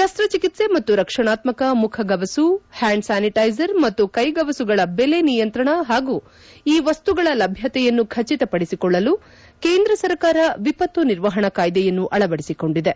ಶಸ್ತಚಿಕಿತ್ಸೆ ಮತ್ತು ರಕ್ಷಣಾತ್ಮಕ ಮುಖಗವಸುಗಳು ಹ್ಡಾಂಡ್ ಸ್ಥಾನಿಟೈಸರ್ ಮತ್ತು ಕೈಗವಸುಗಳ ಬೇಲೆ ನಿಯಂತ್ರಣ ಹಾಗೂ ಈ ವಸ್ತುಗಳ ಲಭ್ಣತೆಯನ್ನು ಖಚಿತಪಡಿಸಿಕೊಳ್ಳಲು ಕೇಂದ್ರ ಸರಕಾರ ವಿಪತ್ತು ನಿರ್ವಹಣಾ ಕಾಯ್ದೆಯನ್ನು ಅಳವಡಿಸಿಕೊಂಡಿದೆ